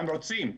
הם רוצים.